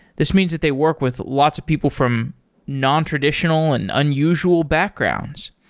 this means that they work with lots of people from nontraditional and unusual backgrounds.